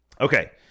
Okay